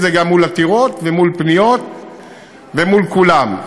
זה גם מול עתירות ומול פניות ומול כולם.